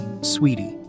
sweetie